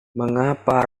mengapa